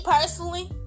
personally